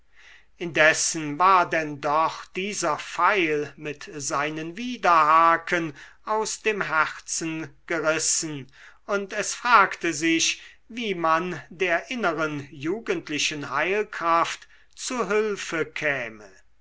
indessen war denn doch dieser pfeil mit seinen widerhaken aus dem herzen gerissen und es fragte sich wie man der inneren jugendlichen heilkraft zu hülfe käme